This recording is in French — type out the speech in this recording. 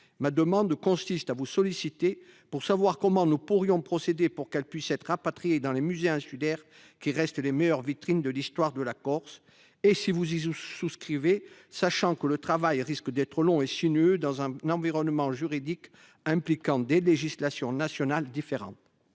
ma demande consiste à vous solliciter pour savoir comment nous pourrions procéder pour les rapatrier dans des musées insulaires, qui restent les meilleures vitrines de l'histoire de la Corse. Si vous souscrivez à ce projet, sachez que ce travail risque d'être long et sinueux, dans un environnement juridique impliquant des législations nationales différentes.